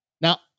Now